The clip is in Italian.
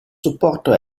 supporto